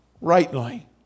rightly